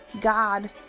God